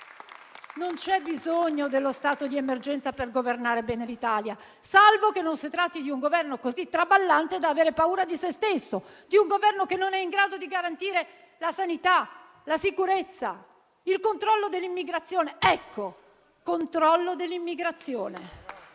Non c'è bisogno dello stato di emergenza per governare bene l'Italia, salvo che non si tratti di un Governo così traballante da avere paura di se stesso, di un Governo che non è in grado di garantire la sanità, la sicurezza, il controllo dell'immigrazione. Ecco: controllo dell'immigrazione,